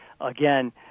again